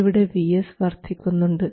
ഇവിടെ VS വർദ്ധിക്കുന്നുണ്ട്